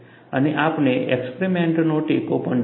અને આપણે એક્સપરીમેન્ટનો ટેકો પણ જોઈશું